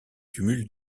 cumul